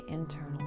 internal